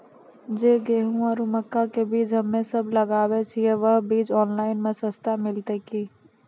जे गेहूँ आरु मक्का के बीज हमे सब लगावे छिये वहा बीज ऑनलाइन मे सस्ता मिलते की?